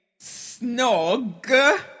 snog